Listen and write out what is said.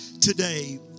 today